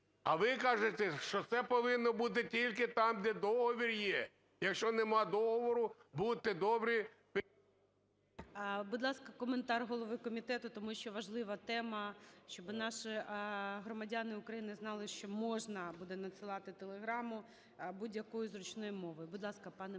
А ви кажете, що це повинно бути тільки там, де договір є. Якщо нема договору, будьте добрі…